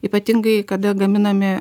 ypatingai kada gaminami